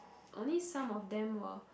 only some of them were